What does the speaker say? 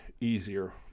easier